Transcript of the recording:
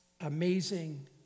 amazing